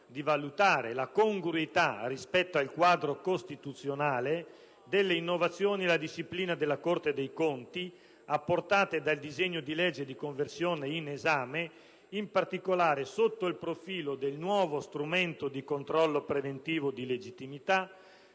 di valutare «la congruità rispetto al quadro costituzionale delle innovazioni alla disciplina della Corte dei conti apportate dal disegno di legge di conversione in esame (...), in particolare sotto il profilo del nuovo strumento di controllo preventivo di legittimità,